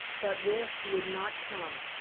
but rest would not come.